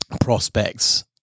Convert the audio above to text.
prospects